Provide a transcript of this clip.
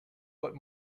but